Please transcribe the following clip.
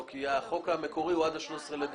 כי החוק המקורי הוא עד 13 בדצמבר.